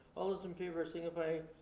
all those in favor signify by,